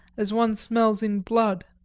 as one smells in blood.